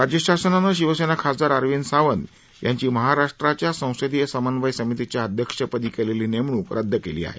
राज्य शासनानं शिवसेना खासदार अरविंद सावंत यांची महाराष्ट्राच्या संसदीय समन्वय समितीच्या अध्यक्षपदी केलेली नेमणूक रद्द केली आहे